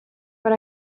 but